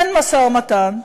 אין משא-ומתן,